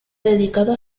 dedicado